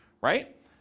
Right